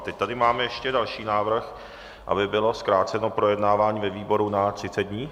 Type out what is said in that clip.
Teď tady mám ještě další návrh, aby bylo zkráceno projednávání ve výboru na 30 dní.